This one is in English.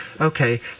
Okay